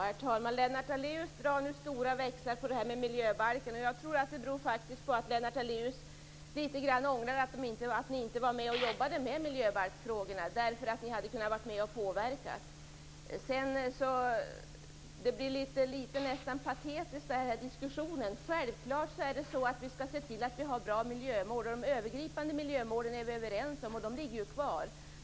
Herr talman! Lennart Daléus drar nu stora växlar på detta med miljöbalken. Jag tror faktiskt att det beror på att Lennart Daléus och Centern ångrar att de inte var med och jobbade med miljöbalksfrågorna, därför att de då hade kunnat vara med och påverka. Diskussionen blir nästan litet patetisk. Självklart skall vi se till att det blir bra miljömål. De övergripande målen är vi överens om, och de ligger ju fast.